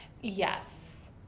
Yes